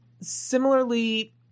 Similarly